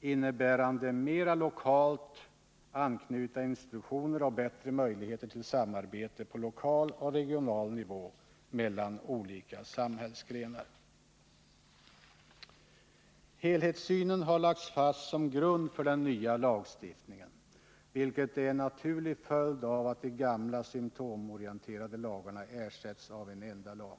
innebärande mera lokalt anknutna institutioner och bättre möjligheter till samarbete på lokal och regional nivå mellan olika samhällsgrenar. Helhetssynen har lagts fast som grund för den nya lagstiftningen, vilket är en naturlig följd av att de gamla symtomorienterade lagarna ersätts av en enda lag.